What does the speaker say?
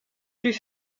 plus